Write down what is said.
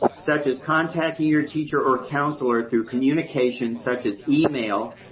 but such as contacting your teacher or counselor through communication such as email,